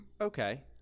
Okay